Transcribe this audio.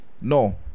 No